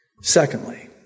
Secondly